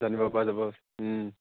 জানিব পৰা যাব